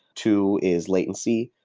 two is latency.